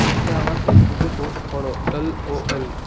এটা আমার ফেসবুকে পোস্ট করো এলওএল